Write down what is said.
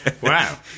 Wow